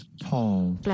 tall